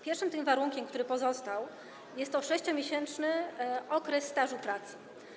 Pierwszym warunkiem, który pozostał, jest 6-miesięczny okres stażu pracy.